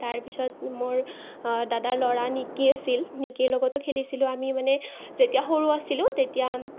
তাৰ পিছত মোৰ দাদাৰ ল'ৰা নিকি আছিল নিকিৰ লগতো খেলিছিলো আমি মানে যেতিয়া সৰু আছিলো তেতিয়া